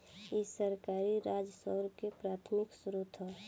इ सरकारी राजस्व के प्राथमिक स्रोत ह